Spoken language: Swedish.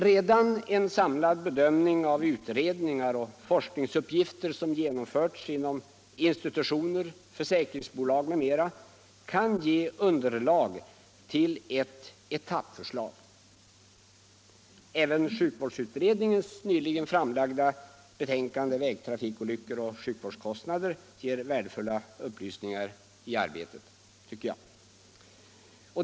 Redan en samlad bedömning av utredningar och forskningsuppgifter som genomförts inom institutioner, försäkringsbolag m.m. kan ge underlag till ett etappförslag. Även sjukvårdsutredningens nyligen framlagda betänkande Vägtrafikolyckor och sjukvårdskostnader ger värdefulla upplysningar i arbetet.